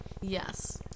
Yes